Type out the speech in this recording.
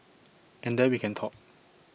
and then we can talk